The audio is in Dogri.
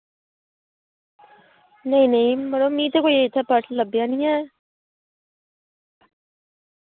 नेईं नेईं मड़ो मिगी ते इत्थें कोई पर्स लब्भेआ निं ऐ